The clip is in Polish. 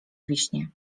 wiśnie